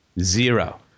zero